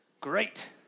Great